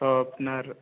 sharpener